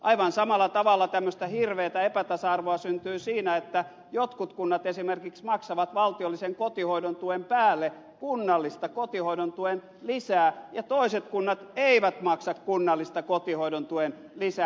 aivan samalla tavalla tämmöistä hirveätä epätasa arvoa syntyy siinä että jotkut kunnat esimerkiksi maksavat valtiollisen kotihoidon tuen päälle kunnallista kotihoidon tuen lisää ja toiset kunnat eivät maksa kunnallista kotihoidon tuen lisää